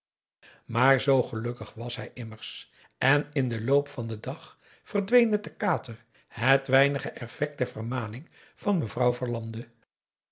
maar zoo gelukkig was hij immers en in den loop van den dag verdween met den kater het weinige effect der vermaning van mevrouw verlande